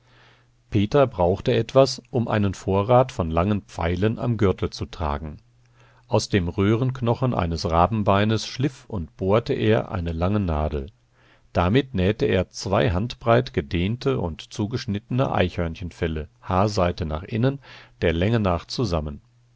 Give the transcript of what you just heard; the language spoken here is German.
peter brauchte etwas um einen vorrat von langen pfeilen am gürtel zu tragen aus dem röhrenknochen eines rabenbeines schliff und bohrte er eine lange nadel damit nähte er zwei handbreit gedehnte und zugeschnittene eichhörnchenfelle haarseite nach innen der länge nach zusammen